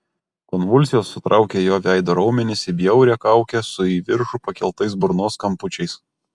konvulsijos sutraukė jo veido raumenis į bjaurią kaukę su į viršų pakeltais burnos kampučiais